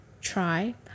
try